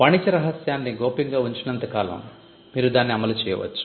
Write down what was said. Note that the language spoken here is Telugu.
వాణిజ్య రహస్యాల్ని గోప్యంగా ఉంచినంత కాలం మీరు దాన్ని అమలు చేయవచ్చు